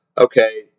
okay